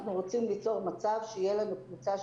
אנחנו רוצים ליצור מצב שתהיה לנו קבוצה,